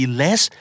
less